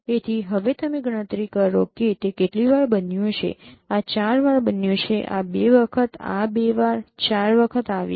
તેથી હવે તમે ગણતરી કરો કે તે કેટલી વાર બન્યું છે આ ૪ વાર બન્યું છે આ ૨ વખત ૨ વાર ૪ વખત આવી છે